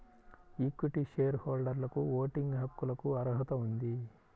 equity share హోల్డర్లకుఓటింగ్ హక్కులకుఅర్హత ఉంది